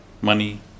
money